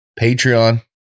Patreon